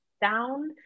down